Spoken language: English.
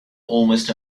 almost